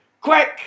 Quick